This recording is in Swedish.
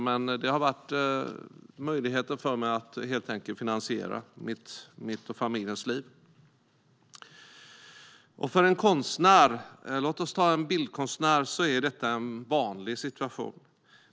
Men det är det som har varit möjligheten för mig att finansiera mitt och familjens liv. För en konstnär - låt oss ta en bildkonstnär - är detta en vanlig situation.